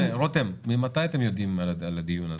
--- רותם, ממתי אתם יודעים על הדיון הזה?